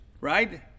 right